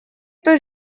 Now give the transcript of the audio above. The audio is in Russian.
той